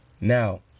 now